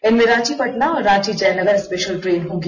इनमें रांची पटना और Ranchi Jaynagar special train होगी